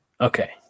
Okay